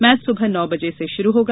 match सुबह नौ बजे से शरू होगा